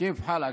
כיף חאלכ?